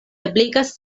ebligas